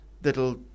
that'll